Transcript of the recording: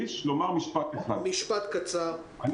משפט קצר, בבקשה.